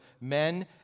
men